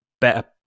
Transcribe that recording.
better